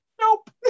nope